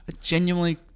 genuinely